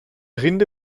rinde